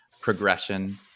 progression